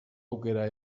aukera